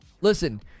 Listen